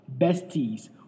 besties